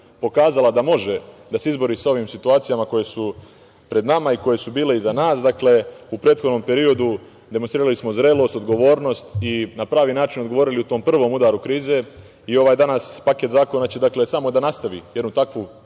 pokazala da može da se izbori sa ovim situacijama koje su pred nama i koje su bile iza nas, dakle u prethodnom periodu smo demonstrirali zrelost, odgovornost i na pravi način odgovorili u tom prvom udaru krize i ovaj danas paket zakona će samo da nastavi jednu takvu